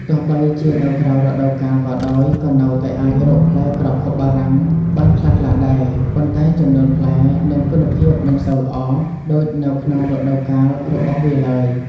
ទោះបីជានៅក្រៅរដូវកាលក៏ដោយ ក៏នៅតែអាចរកផ្លែក្រខុបបារាំងបានខ្លះៗដែរ ប៉ុន្តែចំនួនផ្លែ និងគុណភាពមិនសូវល្អដូចនៅក្នុងរដូវកាលរបស់វាឡើយ។